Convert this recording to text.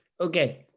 Okay